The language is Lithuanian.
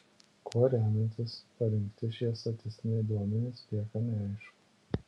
kuo remiantis parinkti šie statistiniai duomenys lieka neaišku